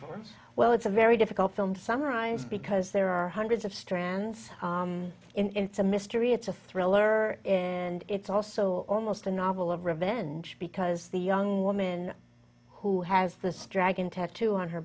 us well it's a very difficult film to summarize because there are hundreds of strands in it's a mystery it's a thriller and it's also almost a novel of revenge because the young woman who has the striking tattoo on her